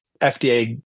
FDA